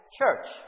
church